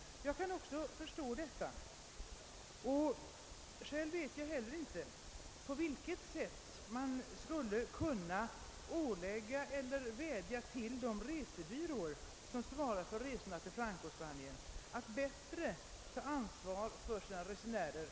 Jag kan också förstå denna inställning, själv vet jag inte heller på vilket sätt man skulle kunna ålägga eller vädja till de resebyråer, som svarar för resorna till Francospanien, att på ett bättre sätt än hittills ta ansvar för sina resenärer.